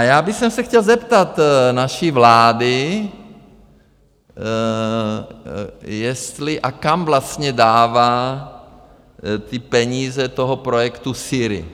Já bych se chtěl zeptat naší vlády, jestli a kam vlastně dává ty peníze z toho projektu SYRI.